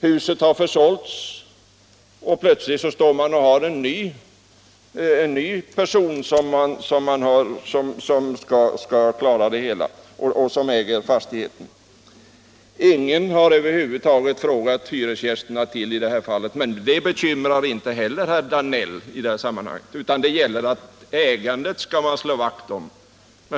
Huset har plötsligt försålts, och man har fått att göra med en ny person som skall förvalta fastigheten. Ingen har frågat hyresgästerna om vad de tycker, men det bekymrar inte herr Danell, utan för honom gäller att ägandet skall man slå vakt om.